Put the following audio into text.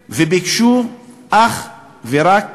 וביקשו אך ורק